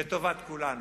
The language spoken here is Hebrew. לטובת כולנו.